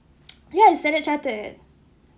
ya it's Standard Chartered